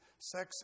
sex